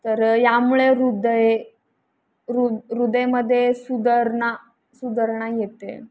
तर यामुळे ह्रदय रु ह्रदयामध्ये सुधारणा सुधारणा येते